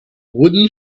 wooden